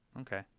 Okay